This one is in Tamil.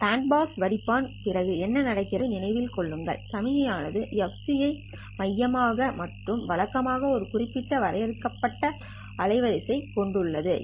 பேண்ட் பாஸ் வடிப்பான் பிறகு என்ன நடக்கிறது என்பதை நினைவில் கொள்ளுங்கள் சமிக்ஞை ஆனது fc ஐ மையமாகவும் மற்றும் வழக்கமாக ஒரு குறிப்பிட்ட வரையறுக்கப்பட்ட அலைவரிசை கொண்டுள்ளது சரி